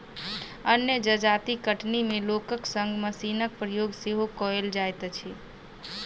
अन्य जजाति कटनी मे लोकक संग मशीनक प्रयोग सेहो कयल जाइत अछि